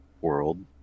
world